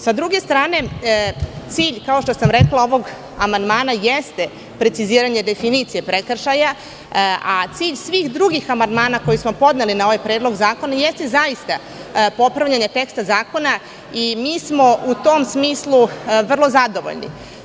Sa druge strane, cilj ovog amandmana, kao što sam rekla, jeste preciziranje definicije prekršaja, a cilj svih drugih amandmana koje smo podneli na ovaj Predlog zakona jeste popravljanje teksta zakona i mi smo u tom smislu vrlo zadovoljni.